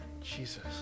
Jesus